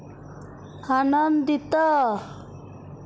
ଆନନ୍ଦିତ